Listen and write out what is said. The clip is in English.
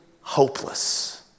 hopeless